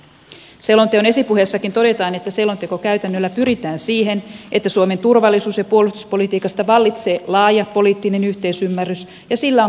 selonteon esipuheessakin todetaan että selontekokäytännöllä pyritään siihen että suomen turvallisuus ja puolustuspolitiikasta vallitsee laaja poliittinen yhteisymmärrys ja sillä on kansalaisten tuki